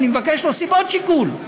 ואני מבקש להוסיף עוד שיקול,